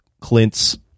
Clint's